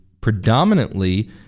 predominantly